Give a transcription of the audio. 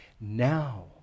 now